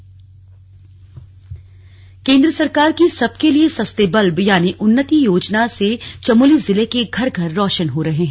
उन्नति योजना केंद्र सरकार की सबके लिए सस्ते बल्ब यानी उन्नति योजना से चमोली जिले के घर घर रोशन हो रहे हैं